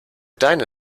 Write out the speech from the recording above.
deine